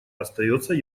остается